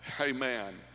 Amen